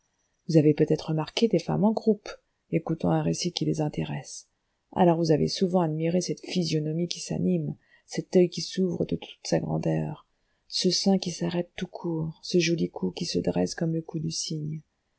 vous avez peut-être remarqué des femmes en groupe écoutant un récit qui les intéresse alors vous avez souvent admiré cette physionomie qui s'anime cet oeil qui s'ouvre de toute sa grandeur ce sein qui s'arrête tout court ce joli cou qui se dresse comme le cou du cygne